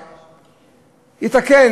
יתקן,